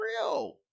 real